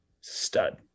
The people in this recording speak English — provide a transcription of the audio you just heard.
stud